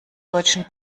deutschen